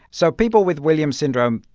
so people with williams syndrome,